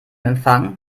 empfang